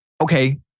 Okay